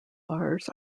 bars